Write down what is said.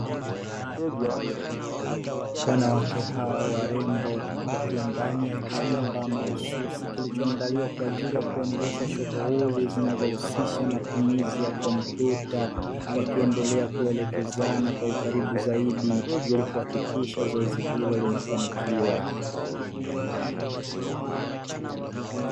Wanawake hao warembo wakiwa ndani ya chumba mahususi kilichoandaliwa kwa ajili ya kuendesha shughuli zinazohusisha matumizi ya kompyuta, wakiendelea kuelekezana kwa ukaribu zaidi ili kuhakikisha zoezi hilo linafanikiwa.